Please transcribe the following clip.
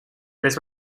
les